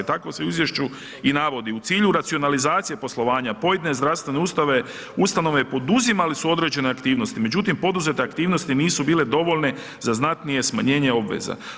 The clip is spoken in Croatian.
Tako se u izvješću i navodi, u cilju racionalizacije poslovanja pojedine zdravstvene ustanove poduzimale su određene aktivnosti međutim poduzete aktivnosti nisu bile dovoljne za znatnije smanjenje obveza.